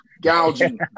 gouging